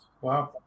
Wow